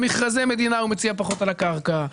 במכרזי מדינה הוא מציע פחות על הקרקע,